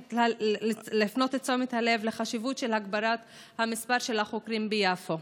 להפנות את תשומת הלב לחשיבות של הגדלת מספר החוקרים ביפו.